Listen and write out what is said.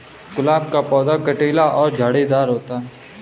गुलाब का पौधा कटीला और झाड़ीदार होता है